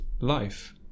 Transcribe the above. life